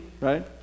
Right